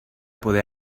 poder